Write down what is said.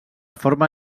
forma